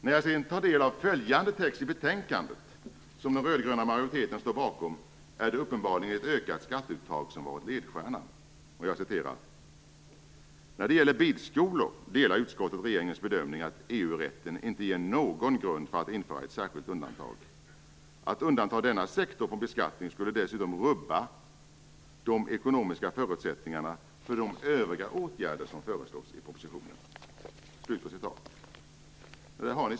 När jag sedan tar del av följande text i betänkandet som den röd-gröna majoriteten står bakom, konstaterar jag att det uppenbarligen är ett ökat skatteuttag som varit ledstjärnan: "När det gäller bilskolor delar utskottet regeringens bedömning att EU-rätten inte ger någon grund för att införa ett särskilt undantag. Att undanta denna sektor från beskattning skulle dessutom rubba de ekonomiska förutsättningarna för de övriga åtgärder som föreslås i propositionen."